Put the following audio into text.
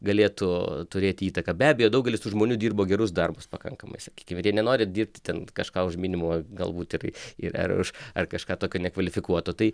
galėtų turėti įtaką be abejo daugelis tų žmonių dirbo gerus darbus pakankamai sakykim ir jie nenori dirbt ten kažką už minimumą galbūt ir ir ar už ar kažką tokio nekvalifikuoto tai